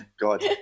God